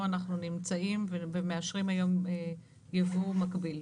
אנחנו נמצאים ומאשרים היום יבוא מקביל.